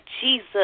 Jesus